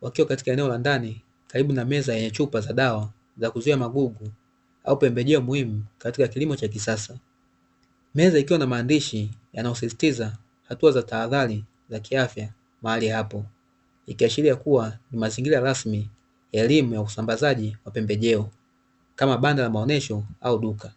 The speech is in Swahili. wakiwa katika eneo la ndani karibu na meza yenye chupa za dawa za kuzuia magugu au pembejeo muhimu katika kilimo cha kisasa. Meza ikiwa na maandishi yanayosisitiza hatua za tahadhari za kiafya mahali hapo, ikiashiria kuwa ni mazingira rasmi ya elimu ya usambazaji wa pembejeo kama banda la maonyesho au duka.